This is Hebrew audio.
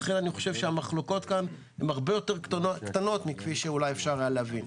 לכן המחלוקות כאן הן הרבה יותר קטנות מכפי שאפשר היה להבין.